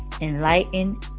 enlighten